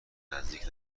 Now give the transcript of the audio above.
نزدیک